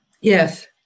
Yes